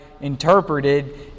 interpreted